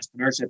entrepreneurship